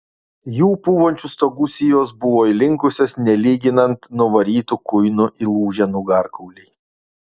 jų pūvančių stogų sijos buvo įlinkusios nelyginant nuvarytų kuinų įlūžę nugarkauliai